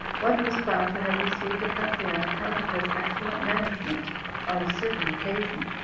one was found to have received a country on account of his excellent management on a certain occasion,